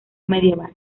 medieval